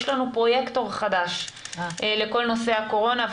יש לנו פרויקטור חדש לכל נושא הקורונה,